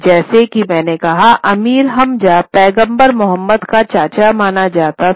जैसा कि मैंने कहा अमीर हमजा पैगंबर मोहम्मद का चाचा माना जाता था